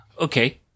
Okay